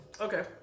Okay